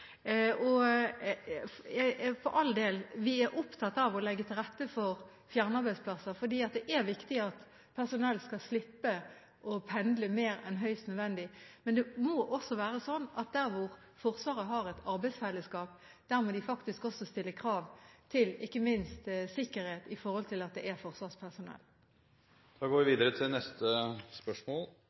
og – for all del – vi er opptatt av å legge til rette for fjernarbeidsplasser, fordi det er viktig at personell skal slippe å pendle mer enn høyst nødvendig. Men det må også være slik at der hvor Forsvaret har et arbeidsfellesskap, må de faktisk også stille krav – ikke minst til sikkerhet – i forhold til at det er forsvarspersonell. Mitt spørsmål går